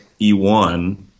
e1